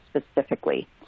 specifically